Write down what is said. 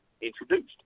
introduced